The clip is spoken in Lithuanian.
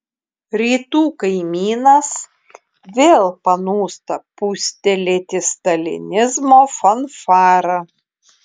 rytų kaimynas vėl panūsta pūstelėti stalinizmo fanfarą